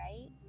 right